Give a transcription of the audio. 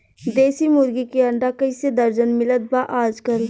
देशी मुर्गी के अंडा कइसे दर्जन मिलत बा आज कल?